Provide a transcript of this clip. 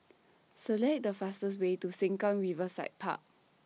Select The fastest Way to Sengkang Riverside Park